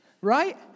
right